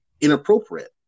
inappropriate